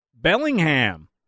Bellingham